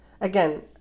Again